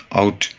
out